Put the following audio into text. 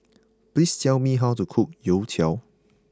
please tell me how to cook Youtiao